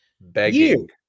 Begging